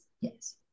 yes